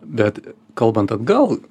bet kalbant atgal